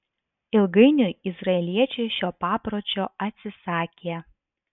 ilgainiui izraeliečiai šio papročio atsisakė